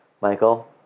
Michael